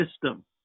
system